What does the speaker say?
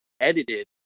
edited